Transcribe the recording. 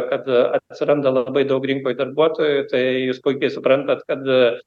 kad atsiranda labai daug rinkoj darbuotojų tai jūs puikiai suprantat kad